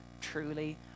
truly